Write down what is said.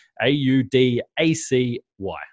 A-U-D-A-C-Y